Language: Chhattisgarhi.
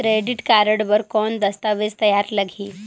क्रेडिट कारड बर कौन दस्तावेज तैयार लगही?